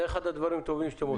זה אחד הדברים הטובים שאתם עושים.